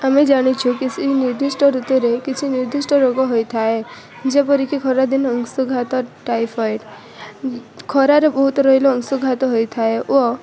ଆମେ ଜାଣିଛୁ କିଛି ନିର୍ଦ୍ଦିଷ୍ଟ ଋତୁରେ କିଛି ନିର୍ଦ୍ଧିଷ୍ଟ ରୋଗ ହୋଇଥାଏ ଯେପରିକି ଖରାଦିନ ଅଂଶୁଘାତ ଟାଇଫଏଡ୍ ଖରାରେ ବହୁତ ରହିଲେ ଅଂଶୁଘାତ ହୋଇଥାଏ ଓ